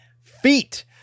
feet